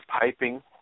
piping